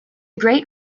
great